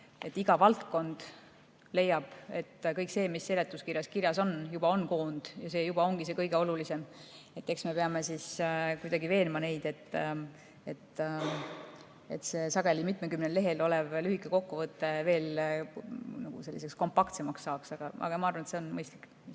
iga valdkond leiab, et kõik see, mis seletuskirjas on, juba on koond ja see ongi see kõige olulisem. Eks me peame kuidagi veenma neid, et see sageli mitmekümnel lehel olev lühike kokkuvõte veel kompaktsemaks saaks. Aga ma arvan, et see on mõistlik.